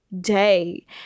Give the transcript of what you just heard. day